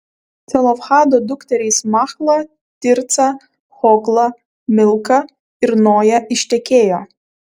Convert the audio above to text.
celofhado dukterys machla tirca hogla milka ir noja ištekėjo